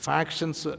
Factions